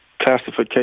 classification